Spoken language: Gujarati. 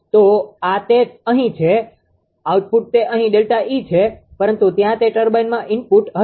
તો આ તે અહીં છે આઉટપુટ તે અહીં ΔE છે પરંતુ ત્યાં તે ટર્બાઇનમાં ઇનપુટ હશે